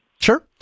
Sure